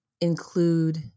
include